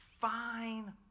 fine